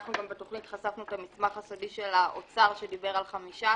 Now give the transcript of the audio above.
אנחנו גם בתכנית חשפנו כאן מסמך של האוצר שדיבר על 15,